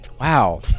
Wow